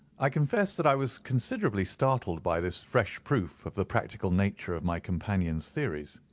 i confess that i was considerably startled by this fresh proof of the practical nature of my companion's theories.